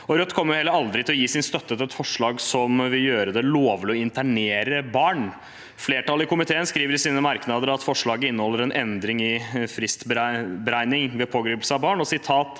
Rødt kommer heller aldri til å gi sin støtte til et forslag som vil gjøre det lovlig å internere barn. Flertallet i komiteen skriver i sine merknader at forslaget inneholder en endring i fristberegningen ved pågripelse av barn,